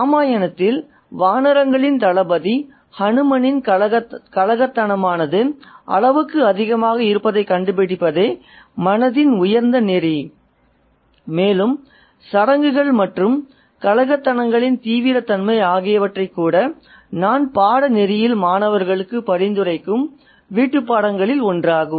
ராமாயணத்தில் வானரங்களின் தளபதி ஹனுமனின் கலகத்தனமானது அளவுக்கு அதிகமாக இருப்பதைக் கண்டுபிடிப்பதே மனதின் உயர்ந்த நெறி மேலும் சடங்குகள் மற்றும் கலகத்தனங்களின் தீவிரத் தன்மை ஆகியவற்றை கூட நான் பாடநெறியில் மாணவர்களுக்கு பரிந்துரைக்கும் வீட்டுப்பாடங்களில் ஒன்றாகும்